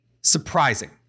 surprising